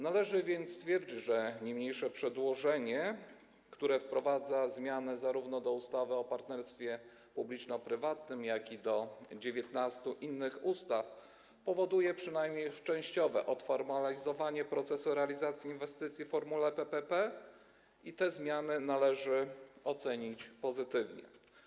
Należy więc stwierdzić, że niniejsze przedłożenie, które wprowadza zmiany zarówno do ustawy o partnerstwie publiczno-prywatnym, jak i do 19 innych ustaw, spowoduje przynajmniej częściowe odformalizowanie procesu realizacji inwestycji w formule PPP, i te zmiany należy ocenić pozytywnie.